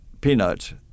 peanuts